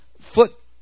foot